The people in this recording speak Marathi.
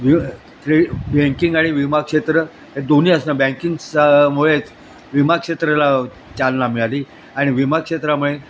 बँकिंग आणि विमा क्षेत्र हे दोन्ही असणं बँकिंग सामुळेच विमा क्षेत्राला चालना मिळाली आणि विमा क्षेत्रामुळे